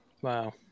Wow